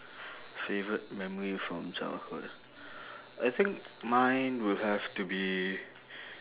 favourite memory from childhood I think mine will have to be